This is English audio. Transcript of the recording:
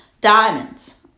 Diamonds